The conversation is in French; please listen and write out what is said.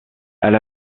elle